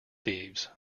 thieves